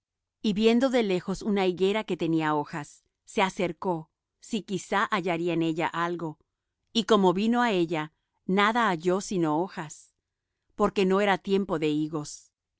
y viendo de lejos una higuera que tenía hojas se acercó si quizá hallaría en ella algo y como vino á ella nada halló sino hojas porque no era tiempo de higos